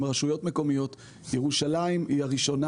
רשויות מקומיות וירושלים היא הראשונה.